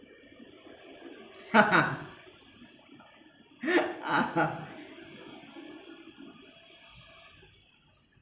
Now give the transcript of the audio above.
ha ha